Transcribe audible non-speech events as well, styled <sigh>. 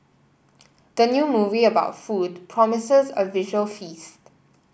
<noise> the new movie about food promises a visual feast